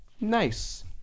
nice